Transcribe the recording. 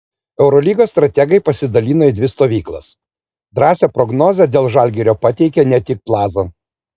eurolygos strategai pasidalino į dvi stovyklas drąsią prognozę dėl žalgirio pateikė ne tik plaza